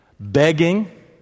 Begging